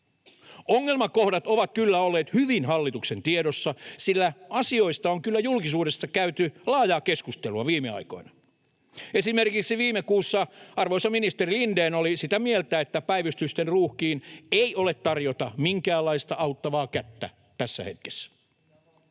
Ongelmakohdat ovat kyllä olleet hyvin hallituksen tiedossa, sillä asioista on kyllä julkisuudessa käyty laajaa keskustelua viime aikoina. Esimerkiksi viime kuussa arvoisa ministeri Lindén oli sitä mieltä, että päivystysten ruuhkiin ei ole tarjota minkäänlaista auttavaa kättä tässä hetkessä.